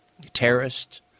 terrorist